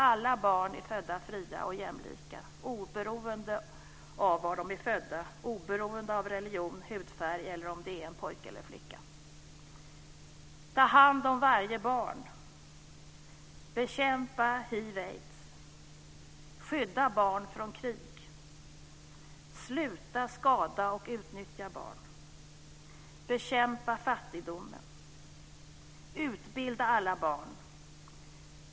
Alla barn är födda fria och jämlika, oberoende av var de är födda och oberoende av religion, hudfärg eller om det är en pojke eller flicka. Ta hand om varje barn. Bekämpa hiv/aids. Skydda barn från krig. Sluta skada och utnyttja barn. Bekämpa fattigdomen. Utbilda alla barn.